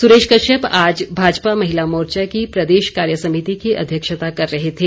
सुरेश कश्यप आज भाजपा महिला मोर्चा की प्रदेश कार्यसमिति की अध्यक्षता कर रहे थे